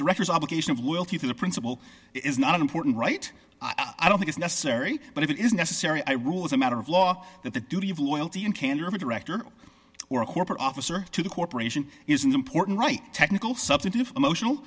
directors obligation of loyalty to the principle is not an important right i don't think is necessary but if it is necessary i rule as a matter of law that the duty of loyalty and candor of a director or a corporate officer to the corporation is important right technical substantive emotional